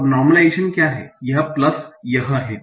और नार्मलाइजेशन क्या है यह प्लस यह हैं